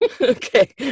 Okay